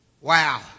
Wow